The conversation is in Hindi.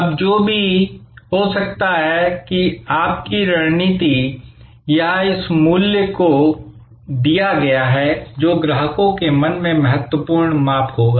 अब जो भी हो सकता है कि आपकी रणनीति यह इस मूल्य को दिया गया है जो ग्राहकों के मन में महत्वपूर्ण माप होगा